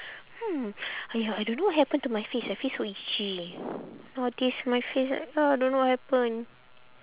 hmm !aiya! I don't know what happen to my face my face so itchy nowadays my face like ah don't know what happen